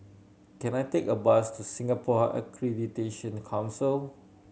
can I take a bus to Singapore Accreditation Council